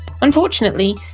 Unfortunately